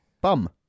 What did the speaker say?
Bum